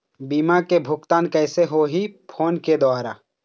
बीमा के भुगतान कइसे होही फ़ोन के द्वारा?